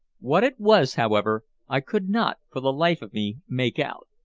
what it was, however, i could not, for the life of me, make out.